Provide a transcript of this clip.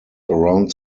around